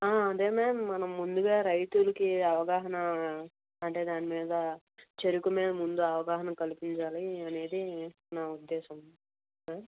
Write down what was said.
అదే మ్యామ్ మనం ముందుగా రైతులకి అవగాహన అంటే దానిమీద చేరుకు మీద ముందు అవగాహన కల్పించాలి అనేది నా ఉద్దేశం మ్యామ్